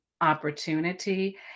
opportunity